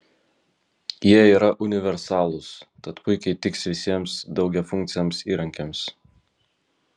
jie yra universalūs tad puikiai tiks visiems daugiafunkciams įrankiams